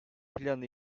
planı